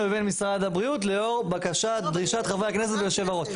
לבין משרד הבריאות לאור דרישת חברי הכנסת ויושב הראש.